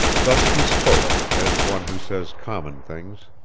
thus he spoke, as one who says common things.